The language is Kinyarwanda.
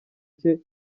cye